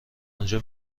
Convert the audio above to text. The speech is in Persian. انجا